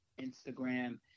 Instagram